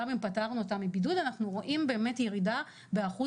גם אם פטרנו אותם מבידוד אנחנו רואים באמת ירידה באחוז